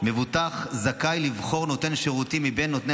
מבוטח זכאי לבחור נותן שירותים מבין נותני